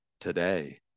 today